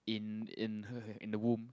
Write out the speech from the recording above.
in in her her in the womb